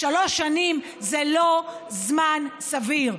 שלוש שנים זה לא זמן סביר.